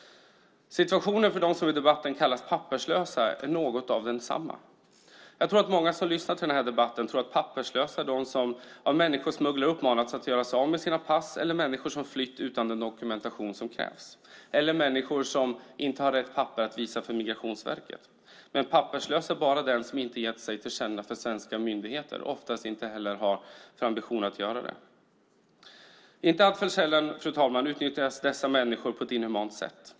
Situationen för dem som i debatten kallas papperslösa är något av densamma. Jag tror att många som lyssnar till den här debatten tror att papperslösa är de som av människosmugglare uppmanats att göra sig av med sina pass, människor som flytt utan den dokumentation som krävs eller människor som inte har rätt papper att visa för Migrationsverket. Men papperslös är bara den som inte har gett sig till känna för svenska myndigheter och oftast inte heller har en ambition att göra det. Inte alltför sällan, fru talman, utnyttjas dessa människor på ett inhumant sätt.